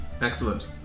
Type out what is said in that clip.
Excellent